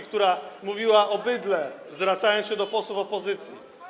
która mówiła o bydle, zwracając się do posłów opozycji?